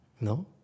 No